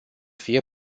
fie